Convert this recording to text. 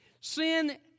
Sin